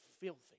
filthy